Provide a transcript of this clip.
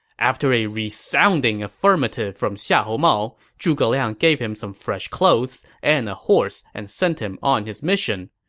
after a resounding affirmative from xiahou mao, zhuge liang gave him some fresh clothes and a horse and sent him on his mission,